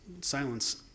silence